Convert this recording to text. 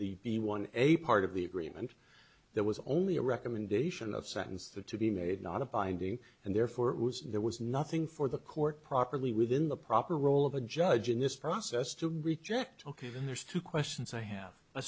is the b one a part of the agreement there was only a recommendation of sentence there to be made not a binding and therefore it was there was nothing for the court properly within the proper role of a judge in this process to reject ok then there's two questions i have a